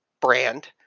brand